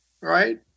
right